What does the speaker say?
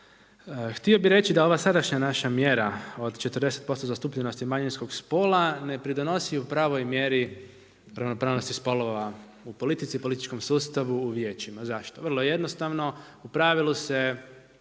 Htio bih reći da ova sadašnja naša mjera od 40# zastupljenosti manjinskog spola ne pridonosi u pravoj mjeri ravnopravnosti spolova u politici, političkom sustavu, u vijećima. Zašto? Vrlo jednostavno. U pravilu se